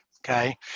Okay